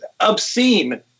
obscene